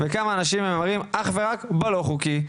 וכמה מהמרים אך ורק בלא חוקי?